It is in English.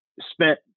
spent